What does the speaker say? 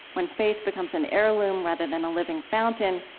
when faith becomes an heirloom rather than a living fountain,